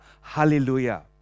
Hallelujah